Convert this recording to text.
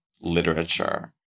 literature